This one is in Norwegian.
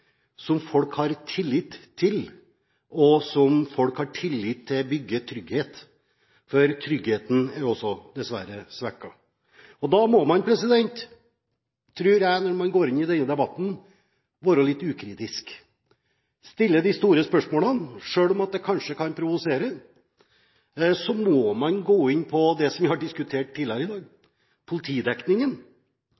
som folk har tillit til, og som folk har tillit til at bygger trygghet – for tryggheten er også dessverre svekket. Da må man, tror jeg, når man går inn i denne debatten, være litt kritisk og stille de store spørsmålene, selv om det kanskje kan provosere. Så må man gå inn på det som vi har diskutert tidligere i dag, nemlig politidekningen. Nå har jeg etter debatten tidligere i dag